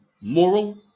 moral